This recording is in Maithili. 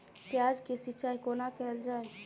प्याज केँ सिचाई कोना कैल जाए?